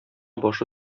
башы